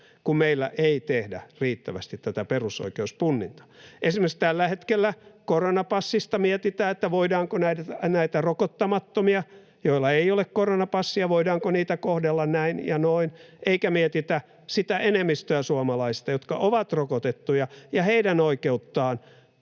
kun meillä ei tehdä riittävästi tätä perusoikeuspunnintaa. Esimerkiksi tällä hetkellä koronapassista mietitään, voidaanko rokottamattomia, joilla ei ole koronapassia, kohdella näin ja noin, eikä mietitä sitä enemmistöä suomalaisista, jotka ovat rokotettuja, ja heidän oikeuttaan